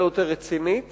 ורצינית